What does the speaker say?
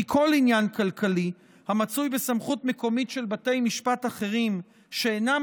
כי כל עניין כלכלי המצוי בסמכות מקומית של בתי משפט אחרים שאינם